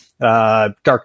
Dark